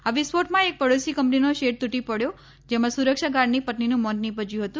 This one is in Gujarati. આ વિસ્ફોટમાં એક પડોશી કંપનીનો શેડ તૂટી પડ્યો જેમાં સુરક્ષા ગાર્ડની પત્નીનું મોત નીપજ્યું હતું